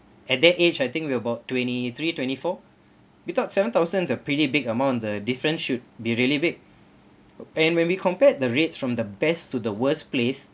at that age I think we about twenty three twenty four we thought seven thousands are pretty big amount the different should be really big and when we compared the rates from the best to the worst place